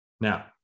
Now